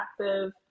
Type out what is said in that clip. active